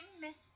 Miss